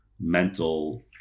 mental